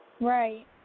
Right